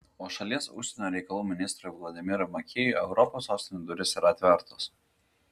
o šalies užsienio reikalų ministrui vladimirui makėjui europos sostinių durys yra atvertos